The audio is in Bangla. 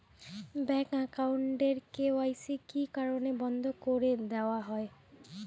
ব্যাংক একাউন্ট এর কে.ওয়াই.সি কি কি কারণে বন্ধ করি দেওয়া হয়?